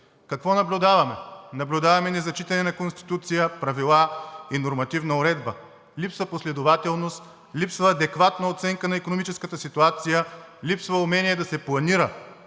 Какво наблюдаваме? Наблюдаваме незачитане на Конституцията, правилата и нормативната уредба. Липсва последователност, липсва адекватна оценка на икономическата ситуация, липсва умение да се планира